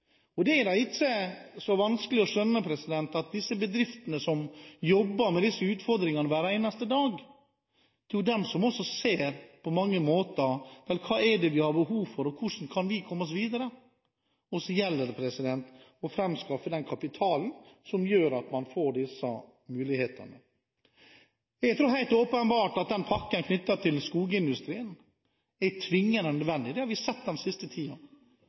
Det er et stort problem. Det er da ikke så vanskelig å skjønne at de bedriftene som jobber med disse utfordringene hver eneste dag, også er de som ser hva det er man har behov for og hvordan man kan komme seg videre. Og så gjelder det å framskaffe den kapitalen som gjør at man får disse mulighetene. Jeg tror det er helt åpenbart at pakken knyttet til skogsindustrien er tvingende nødvendig. Det har vi sett den siste